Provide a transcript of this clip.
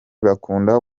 bakunda